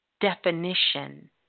definition